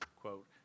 quote